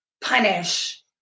punish